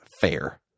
FAIR